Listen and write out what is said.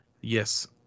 yes